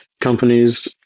companies